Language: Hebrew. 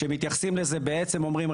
שמתייחסים לזה ובעצם אומרים,